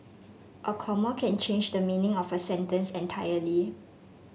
a comma can change the meaning of a sentence entirely